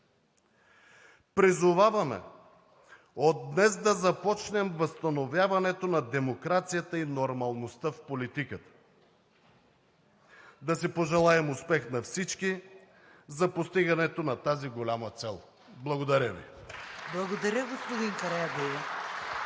Призоваваме от днес да започнем възстановяването на демокрацията и нормалността в политиката. Да пожелаем успех на всички за постигането на тази голяма цел! Благодаря Ви. (Ръкопляскания